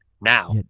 now